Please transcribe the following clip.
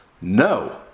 No